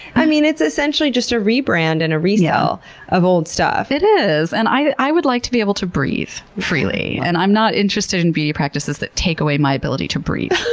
i mean it's essentially just a rebrand and a resale of old stuff. it is! and i i would like to be able to breathe freely. and i'm not interested in beauty practices that take away my ability to breathe.